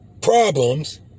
problems